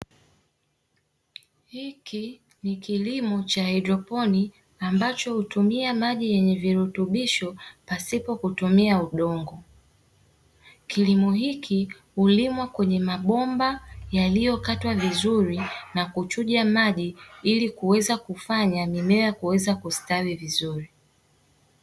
Hiki ni kilimo cha haidroponi ambacho hutumia maji yenye virutubisho pasipo kutumia udongo, kilimo hiki hulimwa kwenye mabomba yaliyokatwa vizuri na kuchuja maji ili kuweza kufanya mimea kuweza kustawi vizuri.